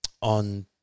On